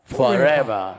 forever